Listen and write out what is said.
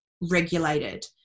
regulated